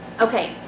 okay